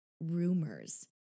rumors